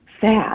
sad